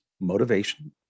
motivation